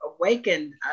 awakened